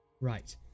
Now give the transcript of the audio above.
Right